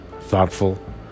thoughtful